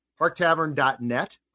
parktavern.net